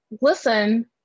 Listen